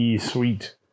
sweet